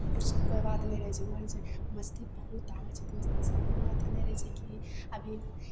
किछु कोइ बात नहि रहै छै मगर ई छै मस्ती बहुत आबै छै दोस्तके साथ उतना अथी नहि रहै छै कि अभी